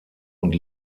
und